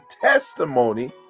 testimony